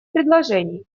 предложений